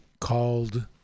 called